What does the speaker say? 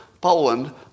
Poland